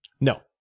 No